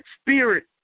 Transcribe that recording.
spirit